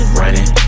running